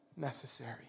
Necessary